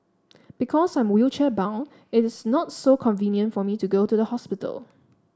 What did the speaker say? because I'm wheelchair bound it is not so convenient for me to go to the hospital